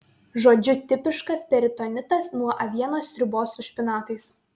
žodžiu tipiškas peritonitas nuo avienos sriubos su špinatais